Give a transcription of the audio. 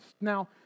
Now